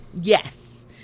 Yes